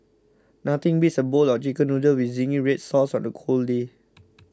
nothing beats a bowl of Chicken Noodles with Zingy Red Sauce on a cold day